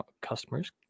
customers